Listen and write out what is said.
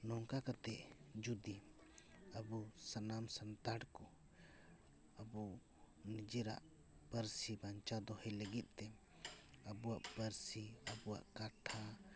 ᱱᱚᱝᱠᱟ ᱠᱟᱛᱮ ᱡᱩᱫᱤ ᱟᱵᱚ ᱥᱟᱱᱟᱢ ᱥᱟᱱᱛᱟᱲ ᱠᱚ ᱟᱵᱚ ᱱᱤᱡᱮᱨᱟᱜ ᱯᱟᱹᱨᱥᱤ ᱵᱟᱧᱪᱟᱣ ᱫᱚᱦᱚᱭ ᱞᱟᱹᱜᱤᱫ ᱛᱮ ᱟᱵᱚᱣᱟᱜ ᱯᱟᱹᱨᱥᱤ ᱟᱵᱚᱣᱟᱜ ᱠᱟᱛᱷᱟ